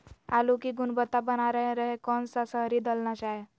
आलू की गुनबता बना रहे रहे कौन सा शहरी दलना चाये?